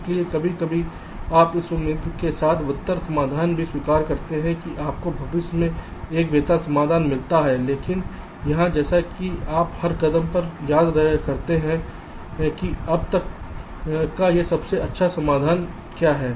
इसलिए कभी कभी आप इस उम्मीद के साथ बदतर समाधान को स्वीकार करते हैं कि आपको भविष्य में एक बेहतर समाधान मिलता है लेकिन यहां जैसा कि आप हर कदम पर याद करते हैं कि अब तक का सबसे अच्छा समाधान क्या है